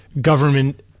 government